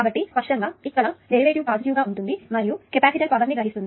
కాబట్టి స్పష్టంగా ఇక్కడ ఈ డెరివేటివ్ పాజిటివ్ గా ఉంటుంది మరియు కెపాసిటర్ పవర్ని గ్రహిస్తుంది